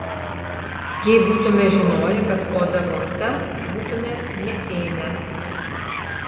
jei būtume žinoję kad oda vogta būtume neėmę